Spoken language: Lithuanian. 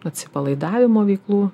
atsipalaidavimo veiklų